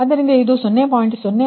ಆದ್ದರಿಂದ ಇದು 0